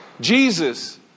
Jesus